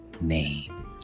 name